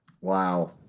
Wow